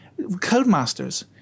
Codemasters